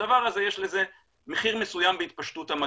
לדבר הזה יש מחיר מסוים בהתפשטות המגפה,